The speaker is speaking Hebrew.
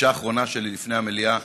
הפגישה האחרונה שלי לפני המליאה,